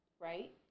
Right